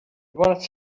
wanna